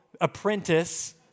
apprentice